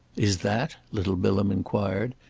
is that, little bilham enquired,